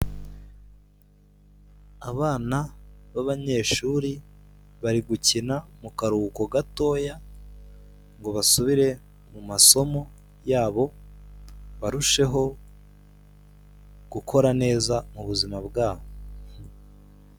Abana b'abanyeshuri bari gukina mu karuhuko gatoya ngo basubire mu masomo yabo barusheho gukora neza mu buzima bwabo.